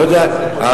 מה?